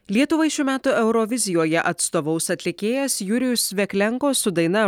lietuvai šių metų eurovizijoje atstovaus atlikėjas jurijus veklenko su daina